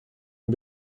dem